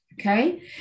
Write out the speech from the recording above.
Okay